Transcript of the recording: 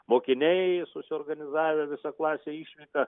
mokiniai susiorganizavę visą klasę išvyką